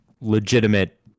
legitimate